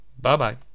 Bye-bye